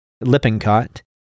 Lippincott